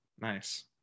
Nice